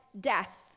death